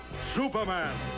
Superman